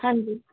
ਹਾਂਜੀ